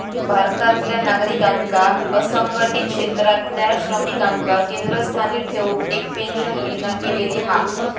भारतातल्या नागरिकांका असंघटीत क्षेत्रातल्या श्रमिकांका केंद्रस्थानी ठेऊन एक पेंशन योजना केलेली हा